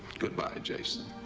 good-bye, jason.